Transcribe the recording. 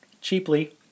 cheaply